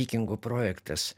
vikingų projektas